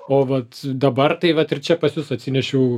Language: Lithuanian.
o vat dabar tai va ir čia pas jus atsinešiau